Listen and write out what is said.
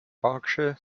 berkshire